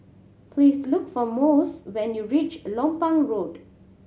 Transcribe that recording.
please look for Mossie when you reach Lompang Road